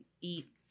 eat